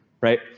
right